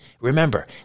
Remember